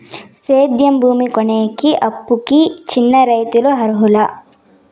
సేద్యం భూమి కొనేకి, అప్పుకి చిన్న రైతులు అర్హులా?